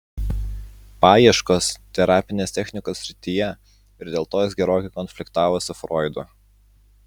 paieškos terapinės technikos srityje ir dėl to jis gerokai konfliktavo su froidu